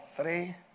three